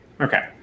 Okay